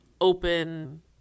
open